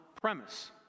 premise